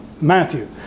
Matthew